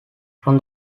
from